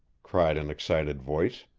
cried an excited voice.